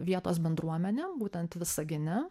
vietos bendruomene būtent visagine